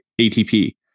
ATP